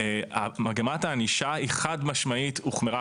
מגמת הענישה היא חד משמעית הוחמרה.